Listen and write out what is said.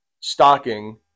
stocking